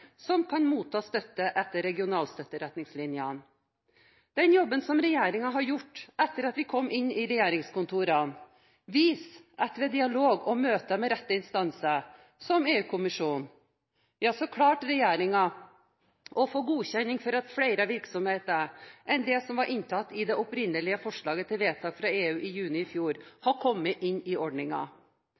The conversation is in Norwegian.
som kan motta støtte etter regionalstøtteretningslinjene. Den jobben som regjeringen har gjort etter at vi kom inn i regjeringskontorene, viser at ved dialog og møter med rette instanser – som EU-kommisjonen – har regjeringen klart å få godkjenning for at flere virksomheter enn det som var inntatt i det opprinnelige forslaget til vedtak fra EU i juni i fjor, har kommet inn i